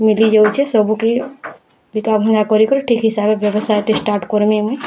ମିଲିଯାଉଛେ ସବୁ କେ ବିକା ଭଙ୍ଗା କରିକରି ଠିକ୍ ହିସାବେ ବ୍ୟବସାୟଟେ ଷ୍ଟାର୍ଟ୍ କର୍ମି ମୁଇଁ